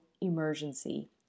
emergency